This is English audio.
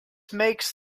makes